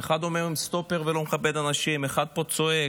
אחד עומד עם סטופר ולא מכבד אנשים, אחד פה צועק,